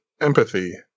empathy